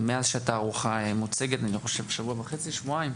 מאז שהתערוכה מוצגת, אני חושב שבוע וחצי-שבועיים,